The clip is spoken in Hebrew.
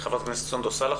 חברת הכנסת סונדוס סלאח,